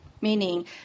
meaning